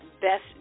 best